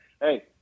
Hey